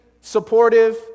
supportive